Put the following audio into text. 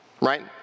right